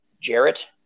Jarrett